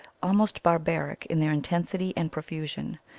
almost barbaric in their intensity and profusion,